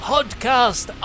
Podcast